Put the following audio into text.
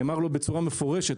נאמר לו בצורה מפורשת,